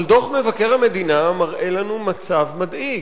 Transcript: אבל דוח מבקר המדינה מראה לנו מצב מדאיג.